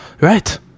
right